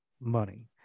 money